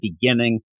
beginning